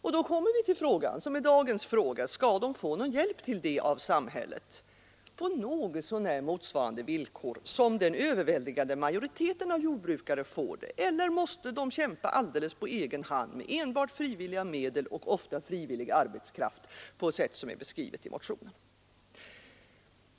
Då uppkommer den fråga som är dagens fråga: Skall de få någon hjälp till detta av samhället på något så när lika villkor som den överväldigande majoriteten av jordbrukare får den, eller måste de kämpa alldeles på egen hand, enbart med frivilliga medel och ofta med frivillig arbetskraft på sätt som är beskrivna i motionen?